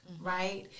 Right